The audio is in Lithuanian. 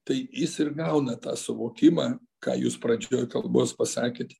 tai jis ir gauna tą suvokimą ką jūs pradžioj kalbos pasakėt